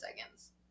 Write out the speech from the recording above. seconds